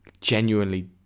genuinely